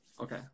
Okay